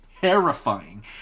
terrifying